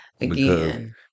again